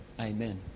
amen